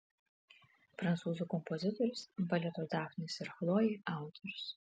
prancūzų kompozitorius baleto dafnis ir chlojė autorius